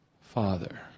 Father